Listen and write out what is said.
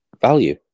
value